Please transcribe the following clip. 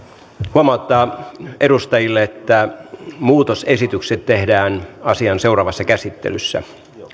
huomauttaa edustajille että muutosesitykset tehdään asian seuraavassa käsittelyssä